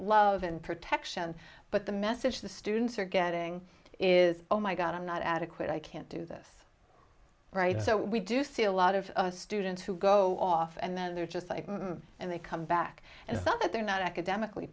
love and protection but the message the students are getting is oh my god i'm not adequate i can't do this right so we do see a lot of students who go off and they're just like them and they come back and it's not that they're not academically